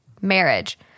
marriage